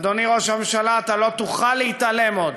אדוני ראש הממשלה, אתה לא תוכל להתעלם עוד